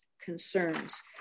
concerns